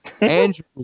Andrew